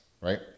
right